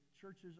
churches